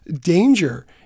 danger